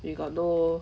you got no